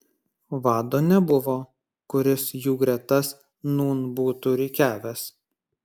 vado nebuvo kuris jų gretas nūn būtų rikiavęs